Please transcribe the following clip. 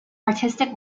artistic